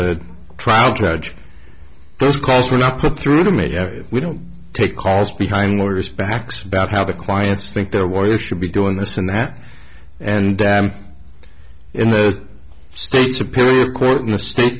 a trial judge those calls were not put through to me we don't take calls behind lawyers backs about how the clients think their warriors should be doing this and that and in the state supreme court in the state